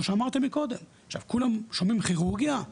כולם שומעים כירורגיה,